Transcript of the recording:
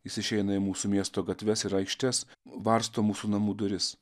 jis išeina į mūsų miesto gatves ir aikštes varsto mūsų namų duris